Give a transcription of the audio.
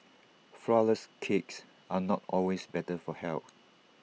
Flourless Cakes are not always better for health